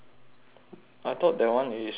I thought that one is A_U_G